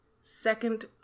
second